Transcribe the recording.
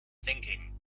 thinking